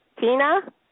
Tina